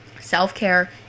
Self-care